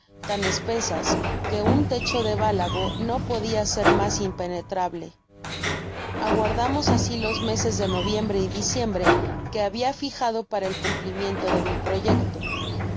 tan espesas que un techo de bálago no podia ser mas impenetrable aguardamos asi los meses de noviembre y diciembre que habia fijado para el cumplimiento de mi proyecto